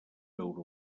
veure